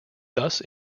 thus